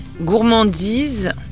gourmandise